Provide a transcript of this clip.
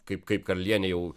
kaip kaip karalienė jau